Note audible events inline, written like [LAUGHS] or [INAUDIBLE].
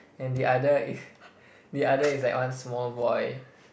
and the other [LAUGHS] the other is like one small boy